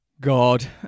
God